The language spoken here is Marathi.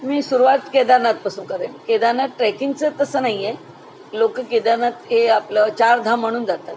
मी सुरुवात केदारनाथपासून करेन केदारनाथ ट्रेकिंगचं तसं नाही आहे लोक केदारनाथ हे आपलं चार धाम म्हणून जातात